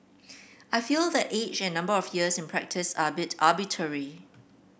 I feel that age and number of years in practice are bit arbitrary